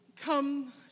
come